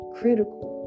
critical